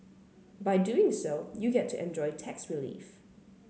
by doing so you get to enjoy tax relief